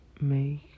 make